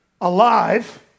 alive